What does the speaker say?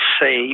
say